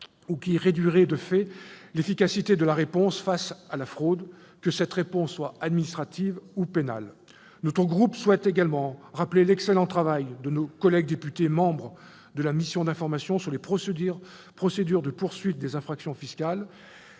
ou qui réduiraient de fait l'efficacité de la réponse face à la fraude, que cette réponse soit administrative ou pénale. Notre groupe souhaite également rappeler l'excellent travail de nos collègues députés membres de la mission d'information commune sur les procédures de poursuite des infractions fiscales.